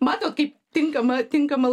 matot kaip tinkama tinkama